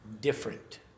different